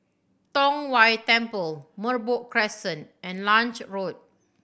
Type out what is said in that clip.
Tong Whye Temple Merbok Crescent and Lange Road